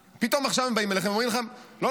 פתאום עכשיו הם באים אליכם ואומרים: לא,